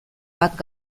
bat